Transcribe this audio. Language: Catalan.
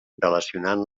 relacionant